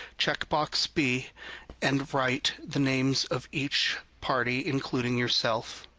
check box b and write the names of each party, including yourself.